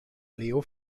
leo